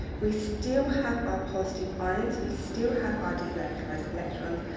we still have our positive ions, we still have our delocalized electrons,